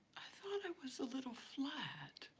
i thought i was a little flat.